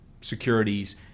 securities